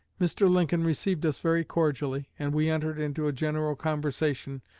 mr. lincoln received us very cordially, and we entered into a general conversation,